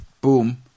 Boom